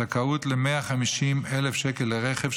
זכאות ל-150,000 שקל לרכב,